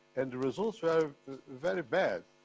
and the results are very bad,